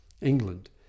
England